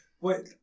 Wait